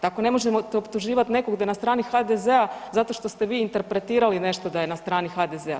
Dakle, ne možete optuživati nekog da je na strani HDZ-a zato što ste vi interpretirali nešto da je na strani HDZ-a.